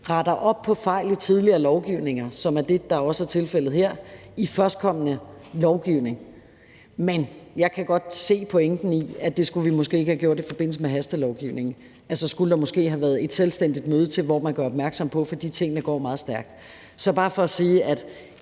retter op på fejl i tidligere lovgivninger, som er det, der også er tilfældet her, i førstkommende lovgivning. Men jeg kan godt se pointen i, at vi måske ikke skulle have gjort det i forbindelse med hastelovgivningen. Så skulle der måske have været et selvstændigt møde, hvor man gjorde opmærksom på det, for tingene går meget stærkt. Så det er bare for at sige, at